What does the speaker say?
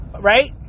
right